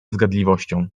zgadliwością